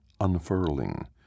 unfurling